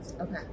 Okay